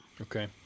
Okay